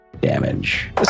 damage